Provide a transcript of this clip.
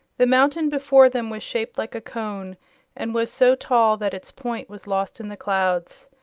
the mountain before them was shaped like a cone and was so tall that its point was lost in the clouds.